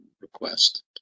request